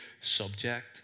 subject